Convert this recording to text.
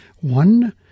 One